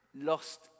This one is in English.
lost